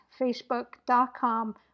facebook.com